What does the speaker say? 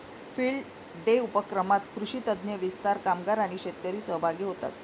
field day उपक्रमात कृषी तज्ञ, विस्तार कामगार आणि शेतकरी सहभागी होतात